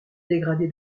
dégradé